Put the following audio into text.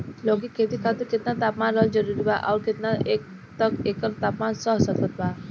लौकी के खेती खातिर केतना तापमान रहल जरूरी बा आउर केतना तक एकर तापमान सह सकत बा?